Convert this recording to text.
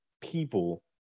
people